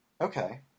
Okay